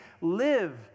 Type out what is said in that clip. live